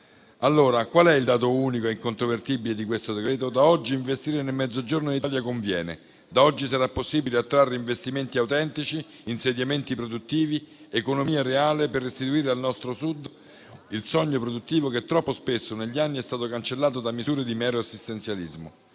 Allora, qual è il dato unico e incontrovertibile di questo decreto? Da oggi investire nel Mezzogiorno d'Italia conviene. Da oggi sarà possibile attrarre investimenti autentici, insediamenti produttivi ed economia reale per restituire al nostro Sud il sogno produttivo che troppo spesso negli anni è stato cancellato da misure di mero assistenzialismo.